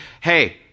hey